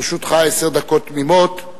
לרשותך עשר דקות תמימות.